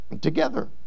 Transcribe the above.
together